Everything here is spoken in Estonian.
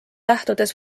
lähtudes